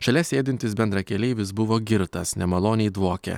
šalia sėdintis bendrakeleivis buvo girtas nemaloniai dvokė